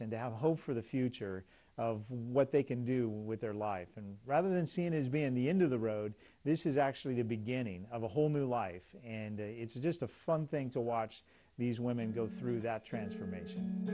and to have hope for the future of what they can do with their life and rather than seeing his being the end of the road this is actually the beginning of a whole new life and it's just a fun thing to watch these women go through that transformation